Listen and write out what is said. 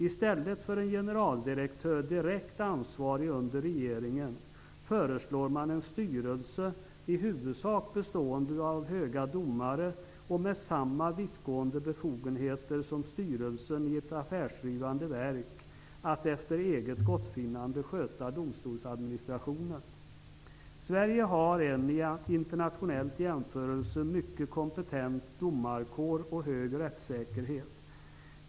I stället för en generaldirektör som är direkt ansvarig under regeringen föreslår man en styrelse, i huvudsak bestående av höga domare, med samma vittgående befogenheter att efter eget gottfinnande sköta domstolsadministrationen som styrelsen i ett affärsdrivande verk. Sverige har en i internationell jämförelse mycket kompetent domarkår och hög rättssäkerhet.